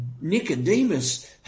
Nicodemus